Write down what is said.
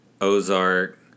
ozark